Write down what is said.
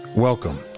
welcome